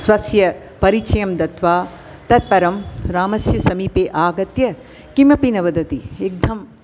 स्वस्य परिचयं दत्वा ततः परं रामस्य समीपे आगत्य किमपि न वदति युद्धम्